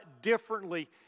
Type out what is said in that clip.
differently